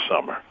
summer